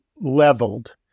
leveled